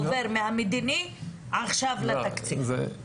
עובר מהמדיני עכשיו לתקציב.